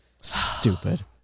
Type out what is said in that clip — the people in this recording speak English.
stupid